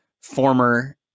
former